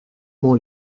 mon